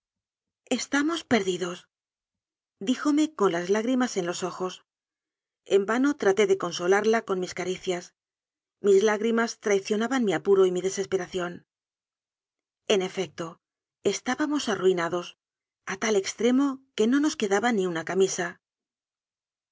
estamos perdi dos díjome con las lágrimas en los ojos en vano traté de consolarla con mis caricias mis lá grimas traicionaban mi apuro y mi desesperación en efecto estábamos arruinados a tal extremo que no nos quedaba ni una camisa